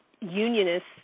unionists